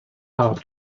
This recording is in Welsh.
haf